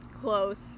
close